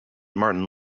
martin